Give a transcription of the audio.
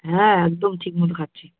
হ্যাঁ একদম ঠিকমতো খাচ্ছি